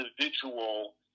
individual